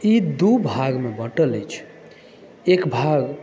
ई दू भागमे बँटल अछि एक भाग